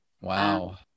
Wow